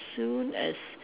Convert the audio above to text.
as soon as